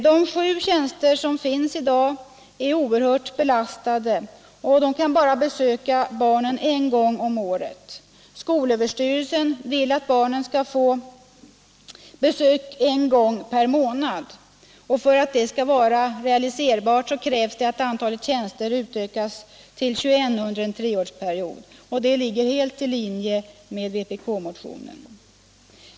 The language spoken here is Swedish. De sju tjänster som finns i dag är oerhört belastade, och konsulenterna kan bara besöka barnen en gång om året. Skolöverstyrelsen vill att barnen skall få besök en gång per månad, och för att det skall vara realiserbart krävs att antalet tjänster utökas till 21 under en treårsperiod. Detta ligger helt i linje med vpk-motionen.